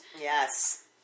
yes